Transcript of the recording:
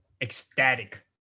ecstatic